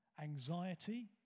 anxiety